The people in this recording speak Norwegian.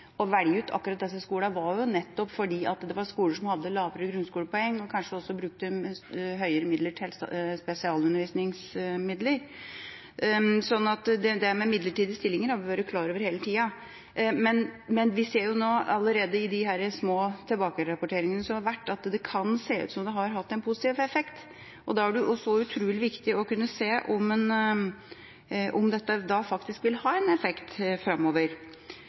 kanskje også brukte større midler til spesialundervisning, så dette med midlertidige stillinger har vi vært klar over hele tida. Men vi ser allerede nå, i disse små tilbakerapporteringene som har vært, at det kan ha hatt en positiv effekt, og da er det utrolig viktig å kunne se om dette faktisk vil ha en effekt framover.